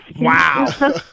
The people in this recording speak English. Wow